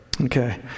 Okay